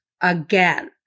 Again